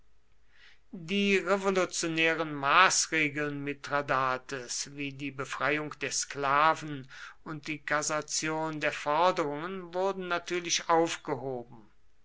die revolutionären maßregeln mithradats wie die befreiung der sklaven und die kassation der forderungen wurden natürlich aufgehoben